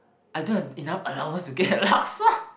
I don't have enough allowance to get laksa